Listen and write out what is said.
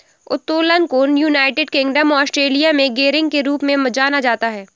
उत्तोलन को United Kingdom और ऑस्ट्रेलिया में गियरिंग के रूप में जाना जाता है